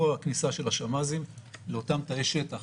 פה הכניסה של השמ"זים לאותם תאי שטח